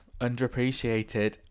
UNDERAPPRECIATED